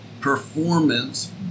performance